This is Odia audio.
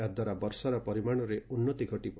ଏହାଦ୍ୱାରା ବର୍ଷାର ପରିମାଣରେ ଉନ୍ନତି ଘଟିବ